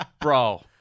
bro